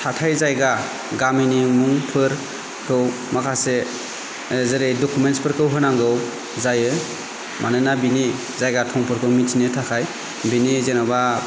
थाथाइ जायगा गामिनि मुंफोरखौ माखासे जेरै डकुमेन्टसफोरखौ होनांगौ जायो मानोना बिनि जायगा थंफोरखौ मिथिनो थाखाय बिनि जेनेबा